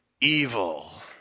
evil